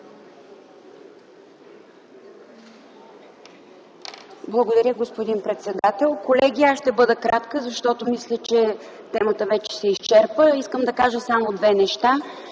Благодаря, господин председател. Колеги, аз ще бъда кратка, защото мисля, че темата вече се изчерпа. Искам да кажа само две неща.